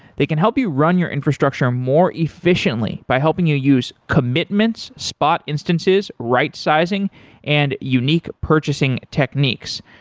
they can help you run your infrastructure more efficiently by helping you use commitments, spot instances, right sizing and unique purchasing techniques.